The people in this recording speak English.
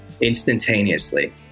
instantaneously